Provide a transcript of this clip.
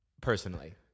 Personally